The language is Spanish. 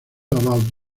about